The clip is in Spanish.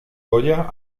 goya